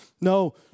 No